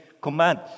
command